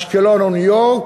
באשקלון ובניו-יורק,